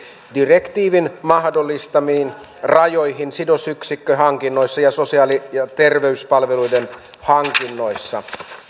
direktiivin mahdollistamiin rajoihin sidosyksikköhankinnoissa ja sosiaali ja terveyspalveluiden hankinnoissa